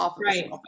Right